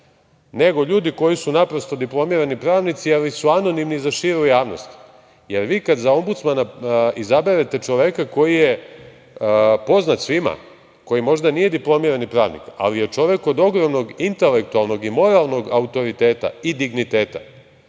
nego ljudi koji su naprosto diplomirani pravnici, ali su anonimni za širu javnost. Jer vi kada za Ombudsmana izaberete čoveka koji je poznat svima, koji možda nije diplomirani pravnik, ali je čovek od ogromnog intelektualnog i moralnog autoriteta i digniteta,